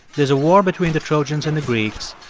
there's a war between the trojans and the greeks,